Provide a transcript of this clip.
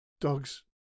Dogs